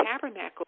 tabernacle